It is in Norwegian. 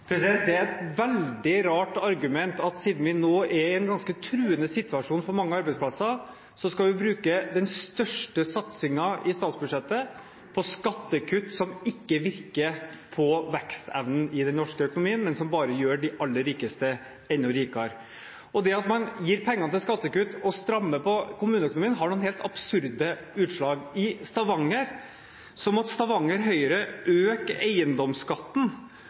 er et veldig rart argument at siden vi nå er i en ganske truende situasjon for mange arbeidsplasser, skal vi bruke den største satsingen i statsbudsjettet på skattekutt som ikke virker på vekstevnen i den norske økonomien, men som bare gjør de aller rikeste enda rikere. Det at man gir pengene til skattekutt og strammer inn på kommuneøkonomien har noen helt absurde utslag. I Stavanger måtte Stavanger Høyre øke eiendomsskatten.